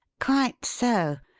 quite so.